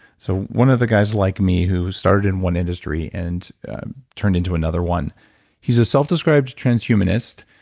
so one of the guys like me who started in one industry and turned into another one he's a self-described transhumanist.